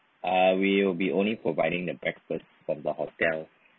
ah we will be only providing the breakfast from the hotel